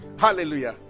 Hallelujah